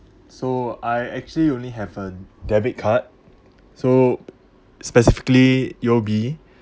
so I actually only have a debit card so specifically U_O_B